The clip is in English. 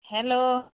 hello